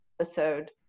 episode